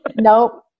Nope